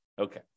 Okay